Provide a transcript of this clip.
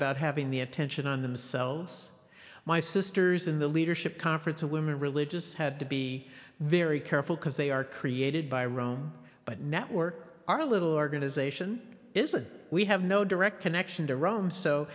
about having the attention on themselves my sisters in the leadership conference of women religious had to be be very careful because they are created by rome but network our little organization is a we have no direct connection to rome so